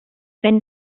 wenn